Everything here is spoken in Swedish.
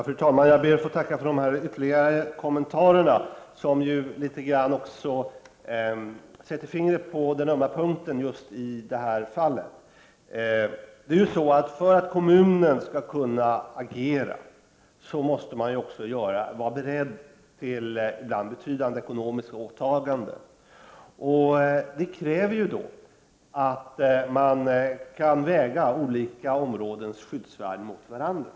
Fru talman! Jag ber att få tacka för dessa ytterligare kommentarer, som sätter fingret på den ömma punkten just i det här fallet. För att kommunen skall kunna agera måste man vara beredd på ibland betydande ekonomiska åtaganden. Det kräver att man kan väga olika områdens skyddsvärden mot varandra.